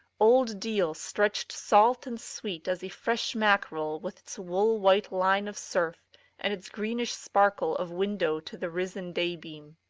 old deal stretched salt and sweet as a fresh mackerel with its wool-white line of surf and its greenish sparkle of window to the risen day-beam.